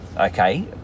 okay